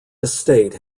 estate